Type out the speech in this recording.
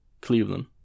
Cleveland